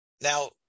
Now